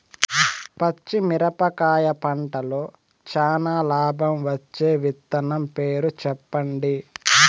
పచ్చిమిరపకాయ పంటలో చానా లాభం వచ్చే విత్తనం పేరు చెప్పండి?